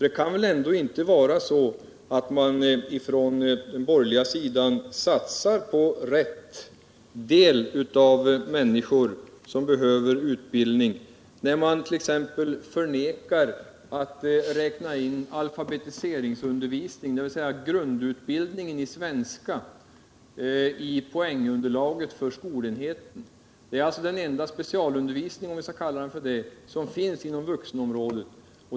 Det kan väl ändå inte vara så att man från den borgerliga sidan satsar på rätt människor som behöver utbildning, när man t.ex. vägrar att räkna in alfabetiseringsundervisningen, dvs. grundutbildning i svenska, i poängunderlaget för skolenheten. Det är den enda specialundervisning som finns inom vuxenområdet.